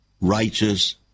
righteous